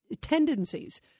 tendencies